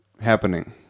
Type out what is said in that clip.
happening